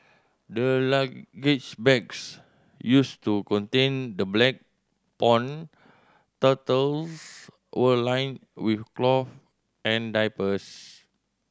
the luggage bags used to contain the black pond turtles were lined with cloth and diapers